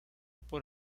por